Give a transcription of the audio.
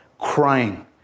crying